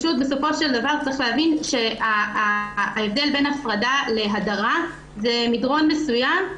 בסופו של דבר צריך להבין שההבדל בין הפרדה להדרה זה מדרון מסוים,